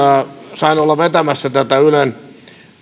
sain olla vetämässä tätä ylen